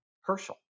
Herschel